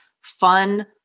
fun